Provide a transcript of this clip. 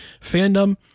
fandom